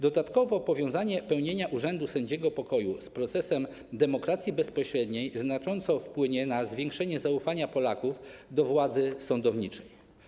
Dodatkowo powiązanie sprawowania urzędu sędziego pokoju z procesem demokracji bezpośredniej znacząco wpłynie na zwiększenie zaufania Polaków do władzy sądowniczej.